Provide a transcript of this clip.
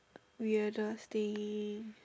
weirdest thing